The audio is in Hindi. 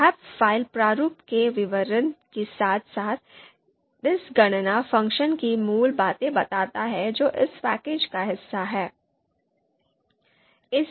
'ahp 'फ़ाइल प्रारूप के विवरण के साथ साथ this गणना' फ़ंक्शन की मूल बातें बताता है जो इस पैकेज का हिस्सा है